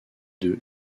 deux